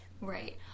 Right